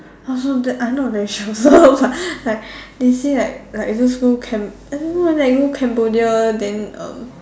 I also that I'm not very sure also but like like they say like like those school Cam~ I don't know eh like you go Cambodia then uh